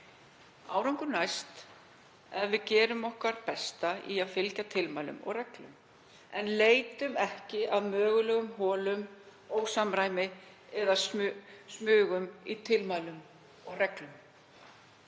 Árangur næst ef við gerum okkar besta í að fylgja tilmælum og reglum en leitum ekki að mögulegum holum, ósamræmi eða smugum í tilmælum og reglum.